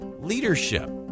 leadership